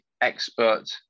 expert